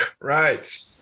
Right